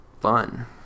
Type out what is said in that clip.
fun